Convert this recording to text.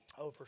over